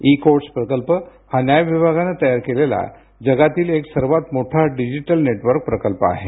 E courts प्रकल्प हा न्याय विभागाने तयार केलेला जगातील एक सर्वात मोठा डिजिटल नेटवर्क प्रकल्प आहे